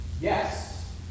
Yes